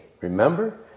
remember